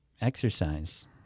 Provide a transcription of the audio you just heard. exercise